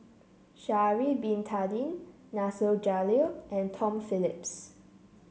Sha'ari Bin Tadin Nasir Jalil and Tom Phillips